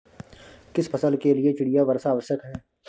किस फसल के लिए चिड़िया वर्षा आवश्यक है?